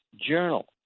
journal